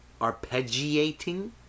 Arpeggiating